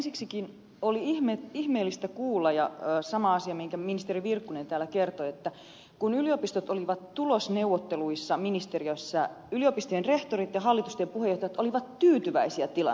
ensiksikin oli ihmeellistä kuulla sama asia minkä ministeri virkkunen täällä kertoi että kun yliopistot olivat tulosneuvotteluissa ministeriössä yliopistojen rehtorit ja hallitusten puheenjohtajat olivat tyytyväisiä tilanteeseen